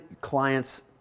clients